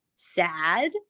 Sad